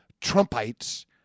Trumpites